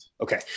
Okay